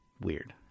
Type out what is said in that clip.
Weird